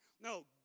No